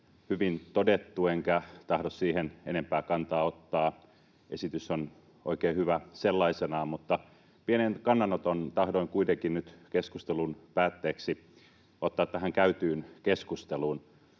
hyvin todettu, enkä tahdo siihen enempää kantaa ottaa. Esitys on oikein hyvä sellaisenaan, mutta pienen kannanoton tahdoin kuitenkin nyt keskustelun päätteeksi ottaa tähän käytyyn keskusteluun.